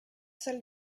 salle